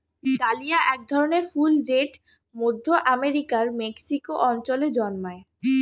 dahlia এক ধরনের ফুল জেট মধ্য আমেরিকার মেক্সিকো অঞ্চলে জন্মায়